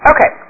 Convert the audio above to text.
Okay